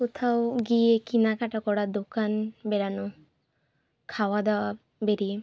কোথাও গিয়ে কেনাকাটা করা দোকান বেড়ানো খাওয়া দাওয়া বেরিয়ে